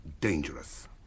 dangerous